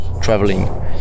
traveling